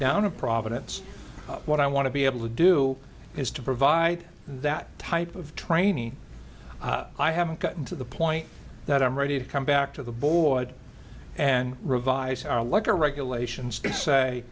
town of providence what i want to be able to do is to provide that type of training i haven't gotten to the point that i'm ready to come back to the board and revise our letter regulations